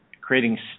creating